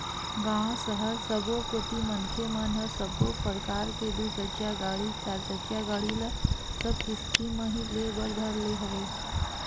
गाँव, सहर सबो कोती मनखे मन ह सब्बो परकार के दू चकिया गाड़ी, चारचकिया गाड़ी ल सब किस्ती म ही ले बर धर ले हवय